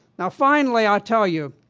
now finally, i'll tell you,